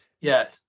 Yes